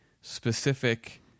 specific